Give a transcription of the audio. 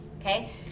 Okay